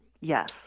Yes